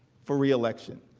for reelection